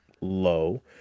low